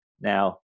Now